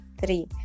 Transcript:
three